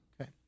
Okay